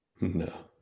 No